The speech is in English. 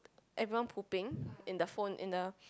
advance popping in the phone in the